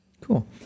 Cool